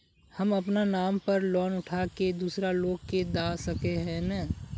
हम अपना नाम पर लोन उठा के दूसरा लोग के दा सके है ने